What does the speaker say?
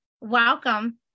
Welcome